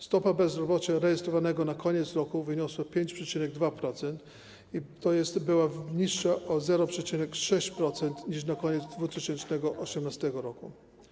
Stopa bezrobocia rejestrowanego na koniec roku wyniosła 5,2% i była niższa o 0,6% niż na koniec 2018 r.